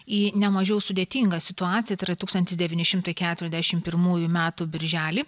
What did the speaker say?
į nemažiau sudėtingą situaciją tai yra tūkstantis devyni šimtai keturiasdešim pirmųjų metų birželį